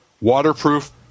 Waterproof